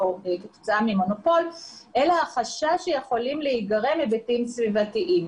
כתוצאה ממונופול אלא החשש שיכולים להיגרם היבטים סביבתיים,